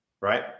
right